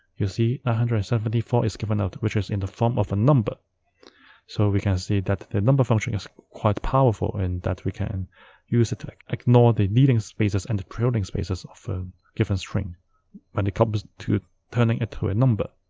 you see, nine ah hundred and seventy four is given out, which is in the form of a number so we can see that the number function is quite powerful in that we can use it to ignore the leading spaces and the trailing spaces of a given string when it comes to turning it to a number